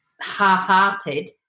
half-hearted